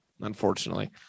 unfortunately